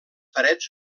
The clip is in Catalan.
parets